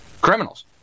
criminals